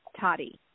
Toddy